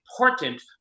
important